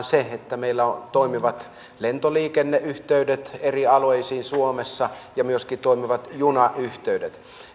se että meillä on toimivat lentoliikenneyhteydet eri alueille suomessa ja myöskin toimivat junayhteydet